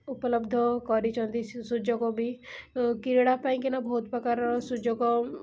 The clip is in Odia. ଉପଲବ୍ଧ କରିଛନ୍ତି ସୁଯୋଗ ବି କ୍ରୀଡ଼ା ପାଇଁକିନା ବହୁତପ୍ରକାର ସୁଯୋଗ